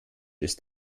ist